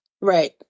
Right